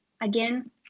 again